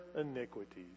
iniquities